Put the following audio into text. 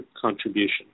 contribution